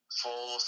full